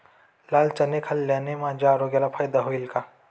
लाल चणे खाल्ल्याने माझ्या आरोग्याला फायदा होईल का?